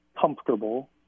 comfortable